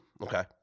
Okay